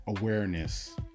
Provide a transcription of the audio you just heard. awareness